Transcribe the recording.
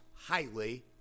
highly